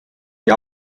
die